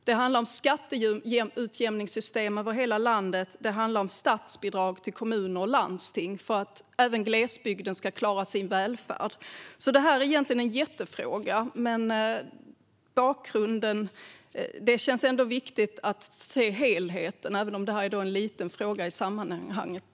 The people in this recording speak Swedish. Det handlar om skatteutjämningssystem över hela landet, och det handlar om statsbidrag till kommuner och landsting för att även glesbygden ska klara sin välfärd. Detta är egentligen en jättefråga. Men det känns ändå viktigt att se helheten, även om detta är en liten fråga i sammanhanget.